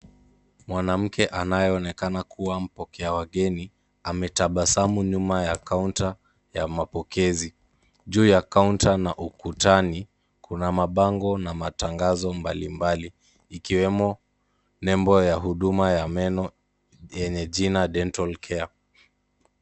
Mwanamke anayeonekana kuwa mpokea wageni, ametabasamu nyuma ya counter ya mapokezi. Juu ya counter na ukutani kuna mabango na matangazo mbalimbali, ikiwemo nembo ya huduma ya meno yenye jina dental care.